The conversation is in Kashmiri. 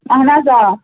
اَہَن حظ آ